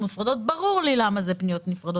ברור לי למה זה כך.